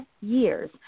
years